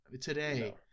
Today